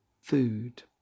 food